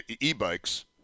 e-bikes